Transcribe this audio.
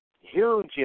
huge